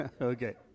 Okay